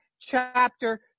chapter